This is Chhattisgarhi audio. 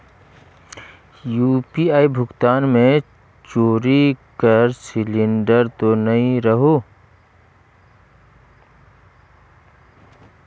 यू.पी.आई भुगतान मे चोरी कर सिलिंडर तो नइ रहु?